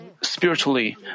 spiritually